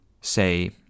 say